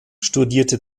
studierte